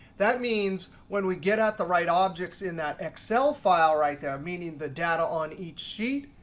that means when we get at the right objects in that excel file right there, meaning the data on each sheet,